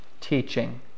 teaching